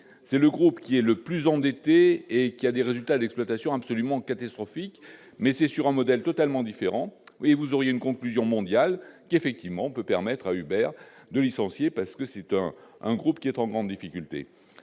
c'est le groupe qui est le plus endetté et qui a des résultats d'exploitation absolument catastrophique mais c'est sur un modèle totalement différent, oui, vous auriez une conclusion mondiale qui effectivement peut permettre à Hubert de licencier parce que c'est un un groupe qui est en grande difficulté,